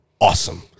awesome